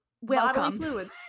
welcome